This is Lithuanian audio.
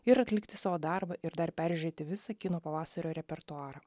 ir atlikti savo darbą ir dar peržiūrėti visą kino pavasario repertuarą